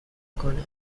کنم